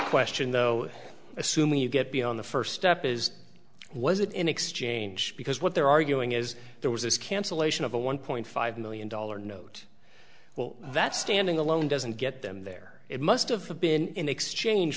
question though assuming you get beyond the first step is was it in exchange because what they're arguing is there was this cancellation of a one point five million dollar note well that standing alone doesn't get them there it must of been in exchange